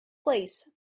place